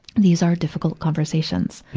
these are difficult conversations.